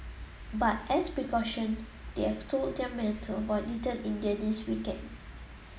but as a precaution they have told their men to avoid Little India this weekend